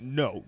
no